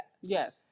Yes